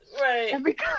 Right